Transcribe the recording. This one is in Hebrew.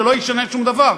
שלא ישנה שום דבר,